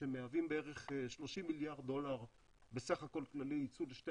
שהם מהווים בערך 30 מיליארד דולר בסך הכול כללי יצוא לשתי